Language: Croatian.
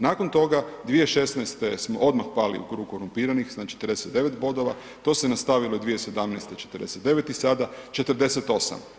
Nakon toga 2016. smo odmah pali u krug korumpiranih na 49 bodova, to se nastavilo i 2017. 49 i sada 48.